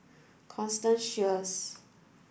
Constance Sheares